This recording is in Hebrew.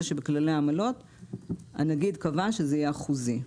שבכללי עמלות הנגיד קבע שזה יהיה אחוזי.